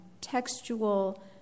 textual